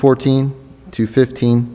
fourteen to fifteen